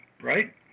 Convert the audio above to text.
right